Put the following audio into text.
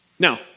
Now